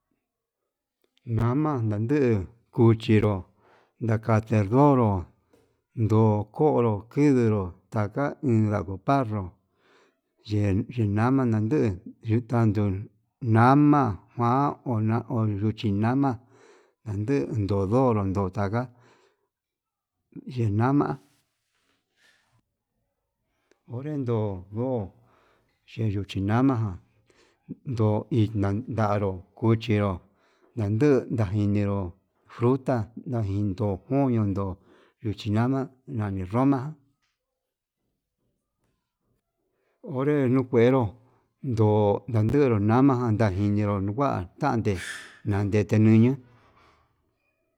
Unaman ndanduu cuchinró naka tendoro, ndokonro kindero ndata iin ndakukanro yenaman nanduu, yetanduu nama kuan on duchi nama endii undu ndoro ndutanga yenama onre ndoguo xheyo chinama ján, ndo inan ndanró cuchinro ndanduu ndijenró fruta najinduu koñon do'o luchi nama nani roma onre nuu kuenró ndo'o nandunru nama ján, ndajiñero no kuan tande nadete ñuñu.